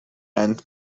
and